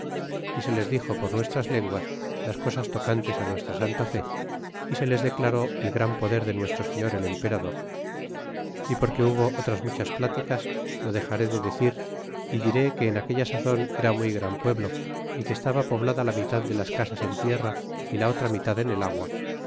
y se les dixo con nuestras ler guas las cosas tocantes nuestra santa fe y se les declaró el gran poder de nuestro señor el emperador é porque hubo otras muchas peticas lo dexaré de decir y diré que en aquella sazon era muy gran pueblo y que estaba poblada la mitad de las casas entierra y la otra mitad en el agua